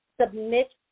submit